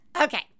okay